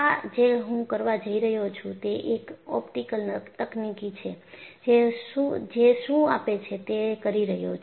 આ જે હું કરવા જઈ રહ્યો છું તે એક ઓપ્ટિકલ તકનીક છે જે શું આપે છે તે કરી રહ્યો છું